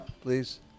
Please